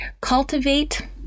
Cultivate